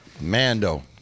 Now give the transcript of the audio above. Mando